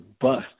bust